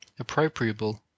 appropriable